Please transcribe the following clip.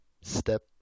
step